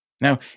Now